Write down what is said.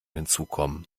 hinzukommen